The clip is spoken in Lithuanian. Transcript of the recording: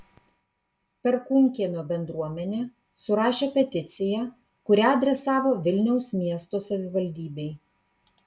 perkūnkiemio bendruomenė surašė peticiją kurią adresavo vilniaus miesto savivaldybei